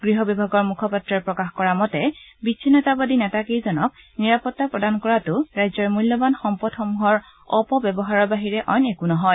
গৃহ বিভাগৰ মুখপাত্ৰই প্ৰকাশ কৰা মতে এই বিচ্চিন্নতাবাদী নেতা কেইজনক নিৰাপত্তা প্ৰদান কৰাটো ৰাজ্যৰ মূল্যবান সম্পদসমূহৰ অপব্যৱহাৰৰ বাহিৰে অইন একো নহয়